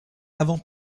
avant